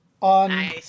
on